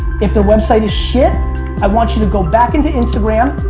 if their website is shit, i want you to go back into instagram,